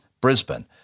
Brisbane